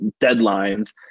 deadlines